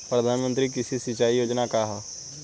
प्रधानमंत्री कृषि सिंचाई योजना का ह?